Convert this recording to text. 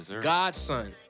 Godson